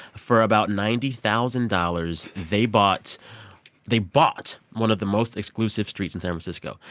for about ninety thousand dollars, they bought they bought one of the most exclusive streets in san francisco.